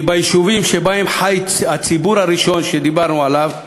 כי ביישובים שבהם חי הציבור הראשון שדיברנו עליו,